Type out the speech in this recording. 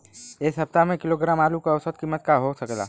एह सप्ताह एक किलोग्राम आलू क औसत कीमत का हो सकेला?